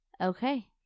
Okay